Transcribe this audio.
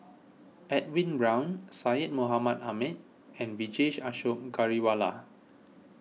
Edwin Brown Syed Mohamed Ahmed and Vijesh Ashok Ghariwala